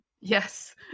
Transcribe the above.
Yes